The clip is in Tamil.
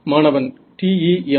மாணவன் TEM